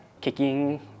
kicking